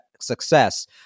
success